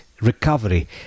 recovery